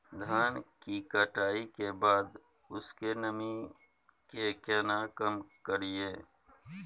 धान की कटाई के बाद उसके नमी के केना कम करियै?